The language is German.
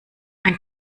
ein